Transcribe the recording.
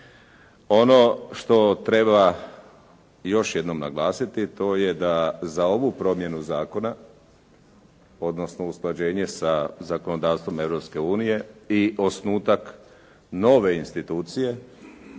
Ono što treba još jednom naglasiti to je da za ovu promjenu zakona, odnosno usklađenje sa zakonodavstvom Europske unije i osnutak nove institucije